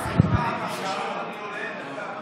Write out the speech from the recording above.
חבר הכנסת אבוטבול, תחזור למקום כדי שתוכל להצביע.